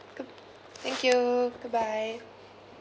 good thank you good bye